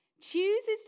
chooses